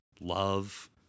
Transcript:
love